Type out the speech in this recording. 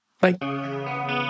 Bye